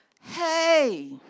Hey